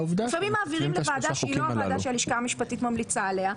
לפעמים מעבירים לוועדה שהיא לא הוועדה שהלשכה המשפטית ממליצה עליה.